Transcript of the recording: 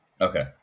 okay